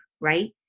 right